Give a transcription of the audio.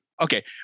Okay